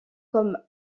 comme